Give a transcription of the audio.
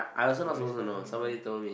why this kind of thing here